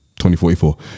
2044